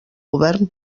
govern